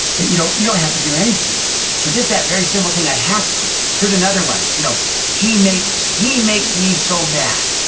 but you don't you don't have to do anything so, just that very simple thing, i have to. here's another one, you know he makes he makes me so mad.